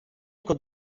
utwo